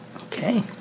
Okay